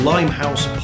Limehouse